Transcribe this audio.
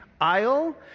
aisle